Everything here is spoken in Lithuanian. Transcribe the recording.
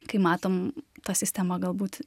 kai matom ta sistema galbūt